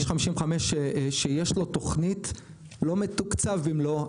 כביש 55, שיש לו תוכנית, לא מתוקצב במלואו.